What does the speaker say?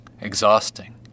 exhausting